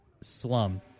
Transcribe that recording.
slum